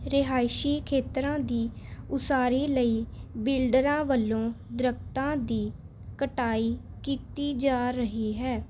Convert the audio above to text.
ਰਿਹਾਇਸ਼ੀ ਖੇਤਰਾਂ ਦੀ ਉਸਾਰੀ ਲਈ ਬਿਲਡਰਾਂ ਵੱਲੋਂ ਦਰੱਖਤਾਂ ਦੀ ਕਟਾਈ ਕੀਤੀ ਜਾ ਰਹੀ ਹੈ